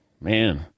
man